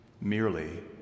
merely